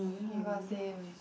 oh my god same